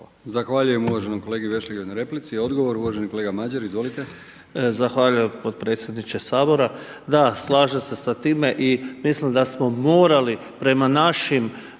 Zahvaljujem uvaženom kolegi Vešligaju na replici. Odgovor uvaženi kolega Madjer, izvolite. **Madjer, Mladen (HSS)** Zahvaljujem potpredsjedniče Sabora. Da, slažem se sa time i mislim da smo morali prema našim